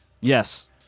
Yes